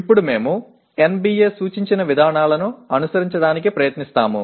ఇప్పుడు మేము NBA సూచించిన విధానాలను అనుసరించడానికి ప్రయత్నిస్తాము